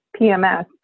PMS